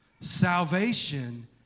Salvation